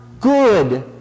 good